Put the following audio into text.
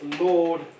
Lord